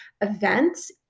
events